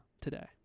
today